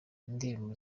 indirimbo